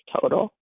total